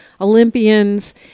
Olympians